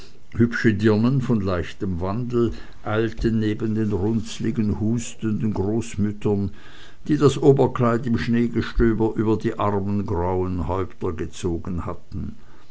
hübsche dirnen von leichtem wandel eilten neben runzligen hustenden großmüttern die das oberkleid im schneegestöber über die armen grauen häupter gezogen hatten